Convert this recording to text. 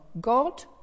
God